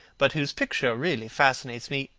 but whose picture really fascinates me,